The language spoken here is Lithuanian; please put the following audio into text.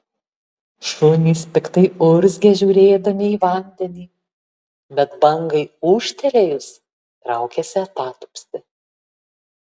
šunys piktai urzgė žiūrėdami į vandenį bet bangai ūžtelėjus traukėsi atatupsti